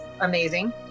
amazing